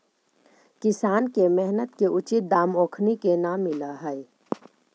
किसान के मेहनत के उचित दाम ओखनी के न मिलऽ हइ